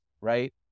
right